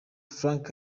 frank